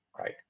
right